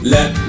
Let